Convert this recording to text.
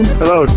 hello